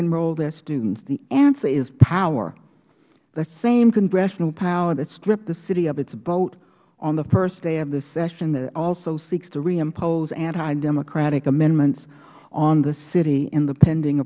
enroll their students the answer is power the same congressional power that stripped the city of its vote on the first day of the session that also seeks to reimpose anti democratic amendments on the city in the pending